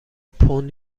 پوند